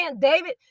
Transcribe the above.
David